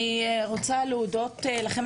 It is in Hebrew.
אני רוצה להודות לכם,